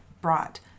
brought